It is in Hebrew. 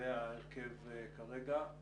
זה ההרכב כרגע.